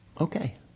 okay